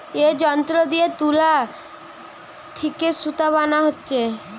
এ যন্ত্র দিয়ে তুলা থিকে সুতা বানানা হচ্ছে